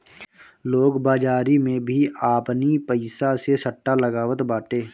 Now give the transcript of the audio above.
लोग बाजारी में भी आपनी पईसा से सट्टा लगावत बाटे